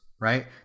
right